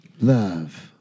Love